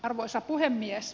arvoisa puhemies